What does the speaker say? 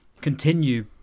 continue